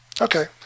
okay